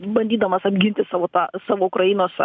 bandydamas apginti savo tą savo ukrainos